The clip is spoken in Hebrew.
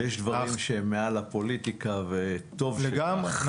יש דברים שהם מעל לפוליטיקה וטוב שכך.